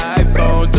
iPhone